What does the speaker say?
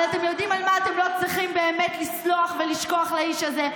אבל אתם יודעים על מה אתם לא צריכים באמת לסלוח ולשכוח לאיש הזה?